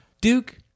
Duke